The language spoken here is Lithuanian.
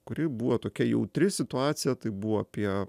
kuri buvo tokia jautri situacija tai buvo apie